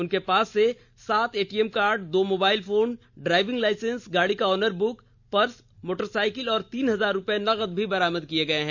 उनके पास से सात एटीएम कार्ड दो मोबाईल फोन ड्राईविंग लाईसेंस गाड़ी का ऑनर बुक पर्स मोटरसाईकिल और तीन हजार रूपये नकद बरामद किये गये हैं